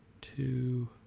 Two